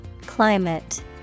Climate